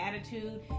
attitude